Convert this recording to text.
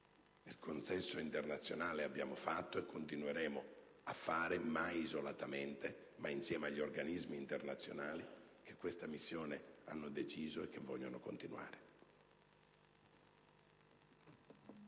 il consesso internazionale abbiamo fatto e continueremo a fare, mai isolatamente ma insieme agli organismi internazionali che questa missione hanno deciso e che vogliono continuare.